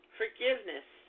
forgiveness